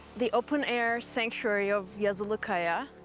the open-air sanctuary of yazilikaya.